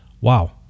Wow